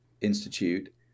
Institute